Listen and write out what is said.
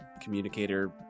communicator